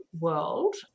world